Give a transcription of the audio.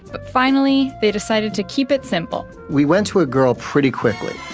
but finally, they decided to keep it simple we went to a girl pretty quickly